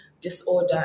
disorder